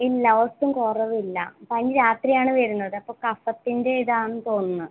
ഇല്ല ഒട്ടും കുറവില്ല പനി രാത്രിയാണ് വരുന്നത് അപ്പം കഫത്തിൻ്റെ ഇതാണ് തോന്നുന്നത്